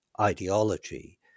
ideology